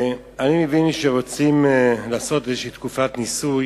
אני מבין שרוצים לעשות איזו תקופת ניסוי